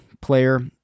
player